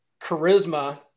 charisma